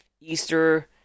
Easter